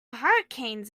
hurricanes